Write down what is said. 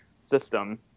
system